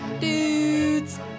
Dudes